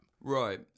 Right